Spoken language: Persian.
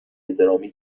احترامی